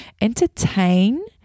entertain